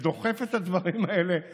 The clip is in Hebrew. ודוחף את הדברים האלה ואומר: